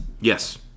Yes